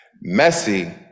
Messy